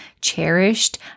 cherished